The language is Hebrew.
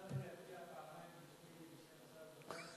ההצעה להעביר את הנושא לוועדת העבודה,